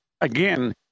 again